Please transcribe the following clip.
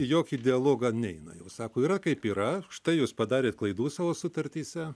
į jokį dialogą neina jau sako yra kaip yra štai jūs padarėt klaidų savo sutartyse